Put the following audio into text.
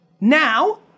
Now